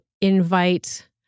invite